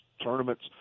Tournament's